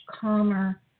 calmer